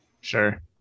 Sure